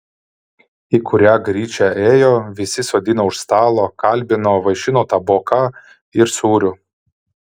į kurią gryčią ėjo visi sodino už stalo kalbino vaišino taboka ir sūriu